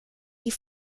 die